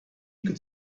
could